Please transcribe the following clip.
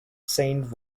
cent